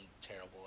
terrible